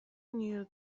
knew